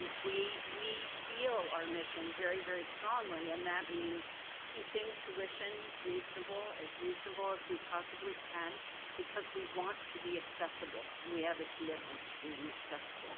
we we feel our mission very, very strongly and that means keeping tuition reasonable, as reasonable as we possibly can because we want to be accessible and we have a commitment to being accessible